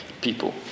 people